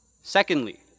Secondly